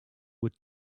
would